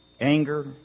anger